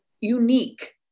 unique